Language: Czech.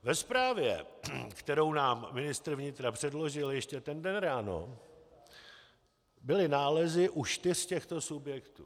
Ve zprávě, kterou nám ministr vnitra předložil ještě ten den ráno, byly nálezy u čtyř těchto subjektů.